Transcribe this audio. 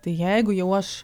tai jeigu jau aš